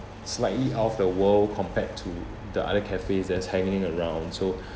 slightly out of the world compared to the other cafes that's hanging around so